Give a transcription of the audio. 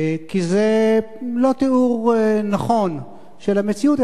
כי זה לא תיאור נכון של המציאות,